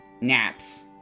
Naps